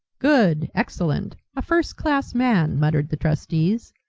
good, excellent, a first-class man, muttered the trustees,